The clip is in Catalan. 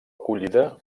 acollida